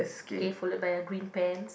okay followed by a green pants